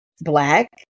Black